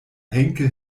henkel